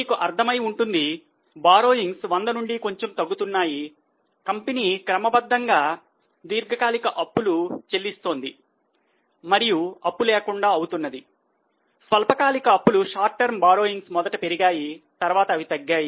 మీకు అర్ధం అయి ఉంటుంది అప్పు మొదట పెరిగాయి తరువాత అవి తగ్గాయి